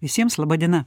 visiems laba diena